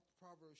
Proverbs